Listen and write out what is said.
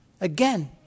again